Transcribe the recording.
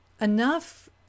enough